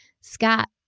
Scott